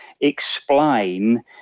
explain